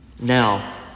Now